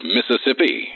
Mississippi